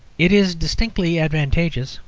it is distinctly advantageous,